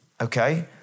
okay